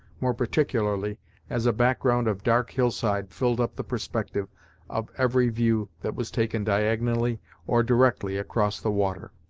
more particularly as a background of dark hillside filled up the perspective of every view that was taken diagonally or directly across the water.